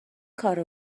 کارو